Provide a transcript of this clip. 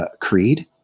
Creed